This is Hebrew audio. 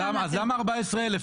אז למה 14,000?